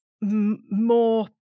more